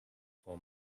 for